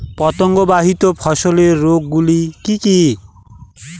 পতঙ্গবাহিত ফসলের রোগ গুলি কি কি?